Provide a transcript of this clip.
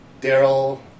Daryl